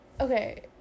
Okay